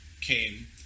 came